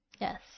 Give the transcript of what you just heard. Yes